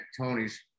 Tony's